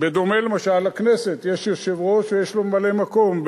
בדומה למשל לכנסת: יש יושב-ראש ויש לו ממלא-מקום,